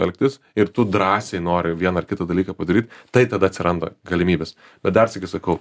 elgtis ir tu drąsiai nori vieną ar kitą dalyką padaryt tai tada atsiranda galimybės bet dar sykį sakau